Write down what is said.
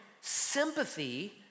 sympathy